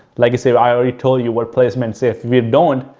like i said, i already told you what placements. if you don't,